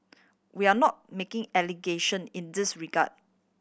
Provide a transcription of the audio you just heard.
we are not making allegation in this regard